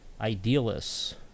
idealists